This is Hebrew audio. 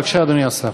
בבקשה, אדוני השר.